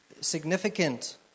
significant